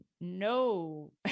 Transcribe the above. No